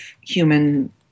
human